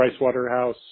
Pricewaterhouse